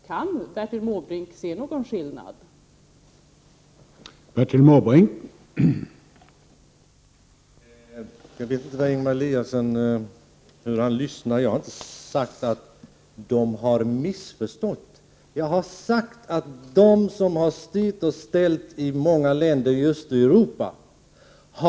Kan Bertil Måbrink se någon skillnad här?